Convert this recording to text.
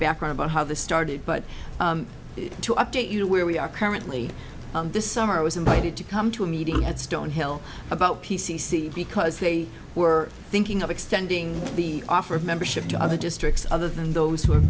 background about how this started but to update you to where we are currently this summer i was invited to come to a meeting at stonehill about p c c because they were thinking of extending the offer of membership to other districts other than those who